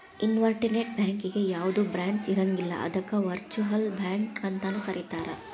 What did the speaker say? internet ಬ್ಯಾಂಕಿಗೆ ಯಾವ್ದ branch ಇರಂಗಿಲ್ಲ ಅದಕ್ಕ ವರ್ಚುಅಲ್ ಬ್ಯಾಂಕ ಅಂತನು ಕರೇತಾರ